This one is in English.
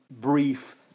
brief